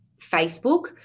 Facebook